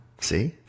See